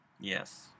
Yes